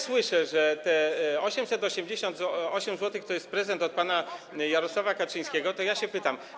Słyszę, że te 888 zł to jest prezent od pana Jarosława Kaczyńskiego, więc pytam.